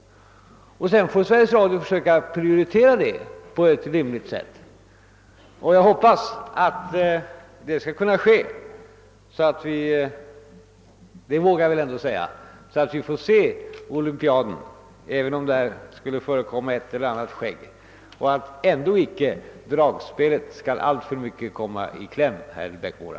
Sedan får Sveriges Radio försöka att prioritera programmen på ett rimligt sätt. Jag hoppas att det skall kunna ske så att vi får se olympiaden — även om där skulle förekomma ett eller annat skägg — utan att dragspelet kommer alltför mycket i kläm, herr Eriksson i Bäckmora.